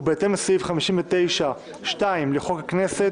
ובהתאם לסעיף 59(2) לחוק הכנסת,